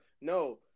no